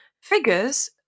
Figures